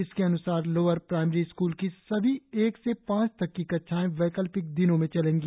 इसके अन्सार lower primary school की सभी एक से पांच तक की कक्षाएं वैकल्पिक दिनों में चलेंगी